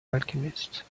alchemist